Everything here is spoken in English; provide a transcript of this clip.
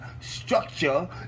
structure